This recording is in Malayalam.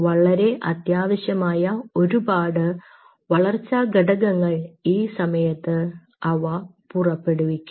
വളരെ അത്യാവശ്യമായ ഒരുപാട് വളർച്ചാ ഘടകങ്ങൾ ഈ സമയത്ത് അവ പുറപ്പെടുവിക്കും